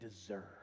deserve